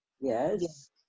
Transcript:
Yes